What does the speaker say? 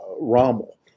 Rommel